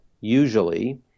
usually